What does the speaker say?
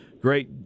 Great